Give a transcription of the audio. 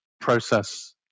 process